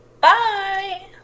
Bye